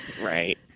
Right